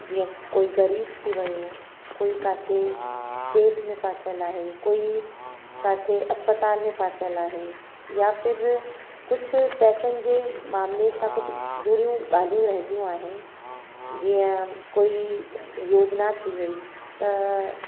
जीअं कोई ग़रीबु थी वियो कोई किथे केस में फासल आहे कोई किथे इस्पतालि में फासियल आहे या फिर कुझु पैसनि जे मामले सां कुझु जुड़ियूं ॻाल्हियूं रहंदियूं आहिनि जीअं कोई योजिना थी वेई त